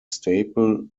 staple